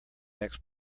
next